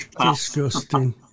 Disgusting